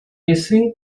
лисы